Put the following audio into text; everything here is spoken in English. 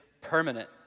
permanent